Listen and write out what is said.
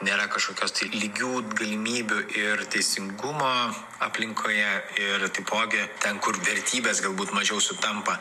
nėra kažkokios tai lygių galimybių ir teisingumo aplinkoje ir taipogi ten kur vertybės galbūt mažiau sutampa